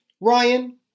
Ryan